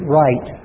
right